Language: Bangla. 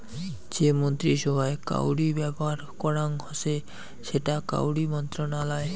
যে মন্ত্রী সভায় কাউরি ব্যাপার করাং হসে সেটা কাউরি মন্ত্রণালয়